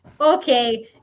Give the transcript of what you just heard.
Okay